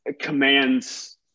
commands